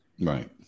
right